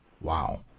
Wow